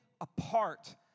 apart